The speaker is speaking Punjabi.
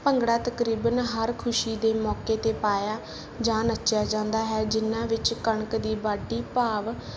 ਭੰਗੜਾ ਤਕਰੀਬਨ ਹਰ ਖੁਸ਼ੀ ਦੇ ਮੌਕੇ 'ਤੇ ਪਾਇਆ ਜਾਂ ਨੱਚਿਆ ਜਾਂਦਾ ਹੈ ਜਿਹਨਾਂ ਵਿੱਚ ਕਣਕ ਦੀ ਵਾਢੀ ਭਾਵ